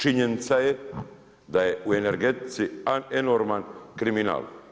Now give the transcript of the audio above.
Činjenica je da je u energetici an enorman kriminal.